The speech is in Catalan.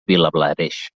vilablareix